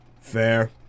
Fair